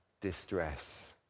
distress